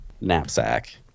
knapsack